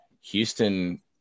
Houston